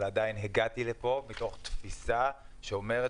אבל עדיין הגעתי לכאן מתוך תפיסה שאומרת